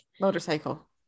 Motorcycle